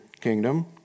kingdom